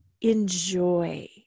enjoy